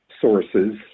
sources